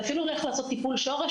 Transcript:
אתה אפילו הולך לעשות טיפול שורש,